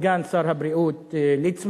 של סגן שר הבריאות ליצמן.